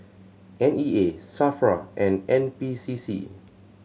N E A SAFRA and N P C C